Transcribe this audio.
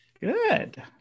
Good